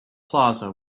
plaza